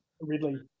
Ridley